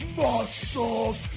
muscles